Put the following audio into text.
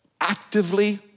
actively